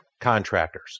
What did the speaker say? contractors